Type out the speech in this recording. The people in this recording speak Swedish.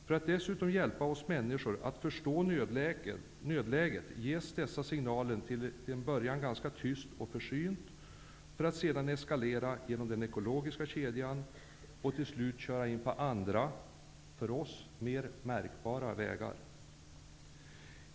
För att dessutom hjälpa oss människor att förstå nödläget ges dessa signaler till en början ganska tyst och försynt för att sedan eskalera genom den ekologiska kedjan och till slut köra in på andra, för oss mer märkbara, vägar.